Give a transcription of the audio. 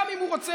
גם אם הוא רוצה,